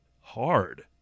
hard